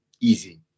easy